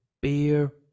beer